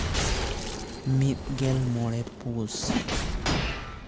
ᱢᱤᱫ ᱜᱮᱞ ᱢᱚᱬᱮ ᱯᱩᱥ